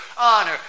honor